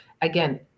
Again